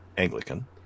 Anglican